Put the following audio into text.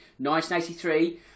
1983